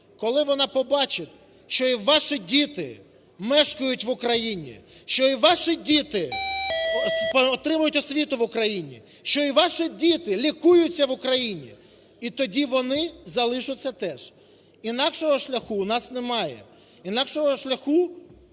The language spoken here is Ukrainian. коли вона побачить, що і ваші діти мешкають в Україні, що і ваші діти отримують освіту в Україні, що і ваші діти лікуються в Україні. І тоді вони залишаться теж. Інакшого шляху у нас немає. Інакшого шляху,